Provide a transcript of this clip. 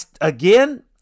Again